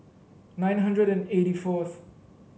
nine hundred and eighty fourth